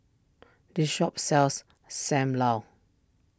this shop sells Sam Lau